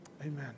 Amen